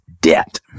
debt